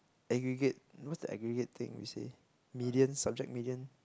aggregate what's the aggregate thing we say median subject median